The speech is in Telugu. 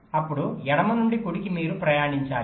అప్పుడు ఎడమ నుండి కుడికి మీరు ప్రయాణించాలి